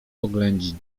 oględzin